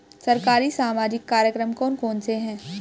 सरकारी सामाजिक कार्यक्रम कौन कौन से हैं?